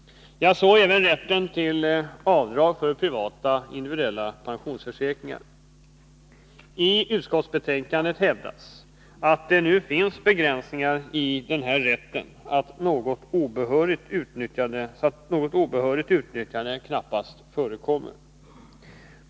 Det gäller även rätten till avdrag för privata individuella pensionsförsäkringar. I utskottsbetänkandet hävdas att det nu finns begränsningar i denna rätt och att något obehörigt utnyttjande knappast förekommer.